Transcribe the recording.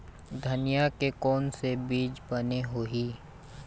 धनिया के कोन से बीज बने होही?